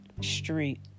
street